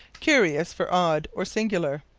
curious for odd, or singular.